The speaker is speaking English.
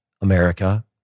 America